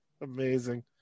Amazing